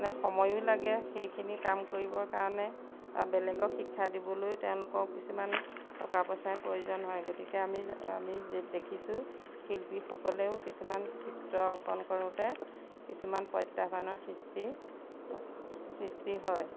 মানে সময়ো লাগে সেইখিনি কাম কৰিবৰ কাৰণে বা বেলেগক শিক্ষা দিবলৈও তেওঁলোকক কিছুমান টকা পইচাৰ প্ৰয়োজন হয় গতিকে আমি আমি দেখিছোঁ শিল্পীসকলেও কিছুমান চিত্ৰ অংকন কৰোঁতে কিছুমান প্ৰত্যাহ্বানৰ সৃষ্টি সৃষ্টি হয়